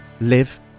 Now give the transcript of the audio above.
live